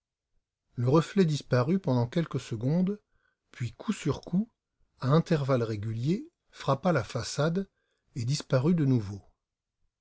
le reflet disparut pendant quelques secondes puis coup sur coup à intervalles réguliers frappa la façade et disparut de nouveau